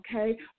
Okay